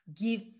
give